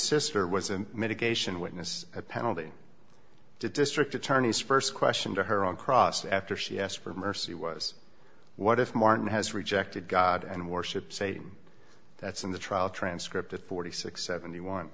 sister was an medication witness a penalty the district attorney's first question to her on cross after she asked for mercy was what if martin has rejected god and worship satan that's in the trial transcript of forty six seventy one